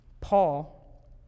Paul